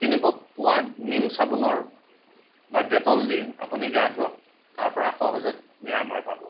কিনিব পোৱা নিম চাবোনৰ বা ডেটল দি আপুনি গা ধোৱক তাৰ পৰা সহজে আপুনি নিৰাময় পাব